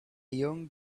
young